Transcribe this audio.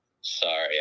Sorry